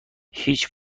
هیچ